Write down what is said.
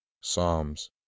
PSALMS